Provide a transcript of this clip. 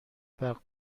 برق